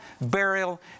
burial